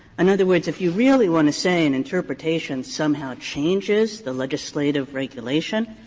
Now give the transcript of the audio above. in other words, if you really want to say an interpretation somehow changes the legislative regulation,